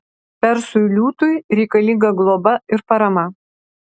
persui liūtui reikalinga globa ir parama